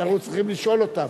אנחנו צריכים לשאול אותם.